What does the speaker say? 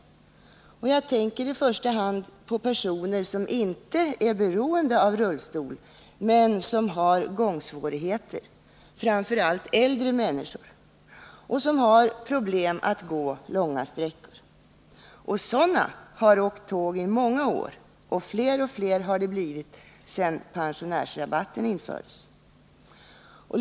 Jag tänker i första hand på personer som inte är beroende av rullstol men som har gångsvårigheter, framför allt äldre människor, som har problem när de skall gå långa sträckor. Sådana personer har åkt tåg i många år, och de har blivit fler och fler sedan pensionärsrabatten infördes.